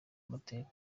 amateka